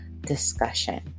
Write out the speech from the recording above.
discussion